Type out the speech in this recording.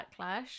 Backlash